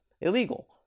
Illegal